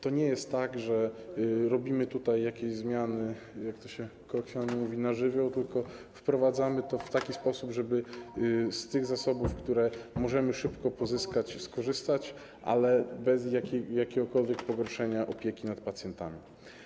To nie jest tak, że wprowadzamy jakieś zmiany, jak to się kolokwialnie mówi, na żywioł, tylko wprowadzamy je w taki sposób, żeby z tych zasobów, które możemy szybko pozyskać, móc skorzystać, ale bez jakiegokolwiek pogorszenia opieki nad pacjentami.